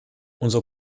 unser